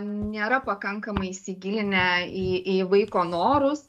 nėra pakankamai įsigilinę į vaiko norus